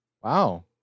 wow